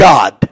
God